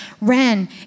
Ren